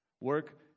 Work